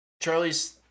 Charlie's